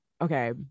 okay